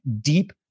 deep